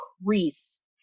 increase